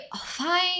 fine